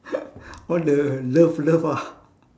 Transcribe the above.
all the love love ah